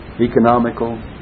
economical